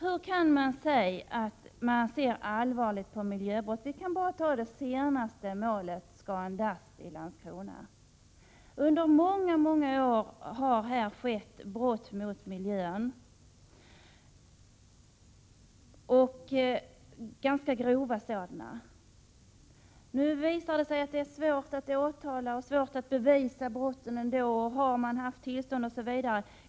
Hur kan man säga att man ser allvarligt på miljöbrott? Vi kan bara ta det senaste målet, Scandust i Landskrona. Under många år har här skett ganska grova brott mot miljön. Nu visar det sig att det ändå är svårt att åtala och svårt att bevisa — om man har haft tillstånd osv.